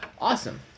Awesome